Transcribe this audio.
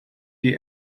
die